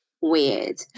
weird